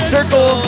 Circle